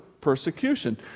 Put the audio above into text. persecution